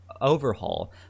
overhaul